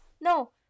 no